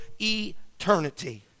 eternity